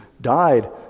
died